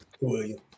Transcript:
William